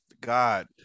God